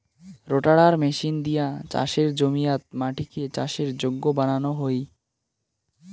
রোটাটার machine দিয়া চাসের জমিয়াত মাটিকে চাষের যোগ্য বানানো হই